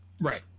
Right